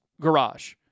garage